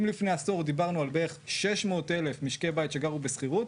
אם לפני עשור דיברנו על בערך 600,000 משקי בית שגרו בשכירות,